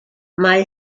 mae